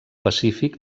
pacífic